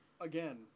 Again